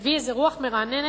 הביא איזה רוח מרעננת,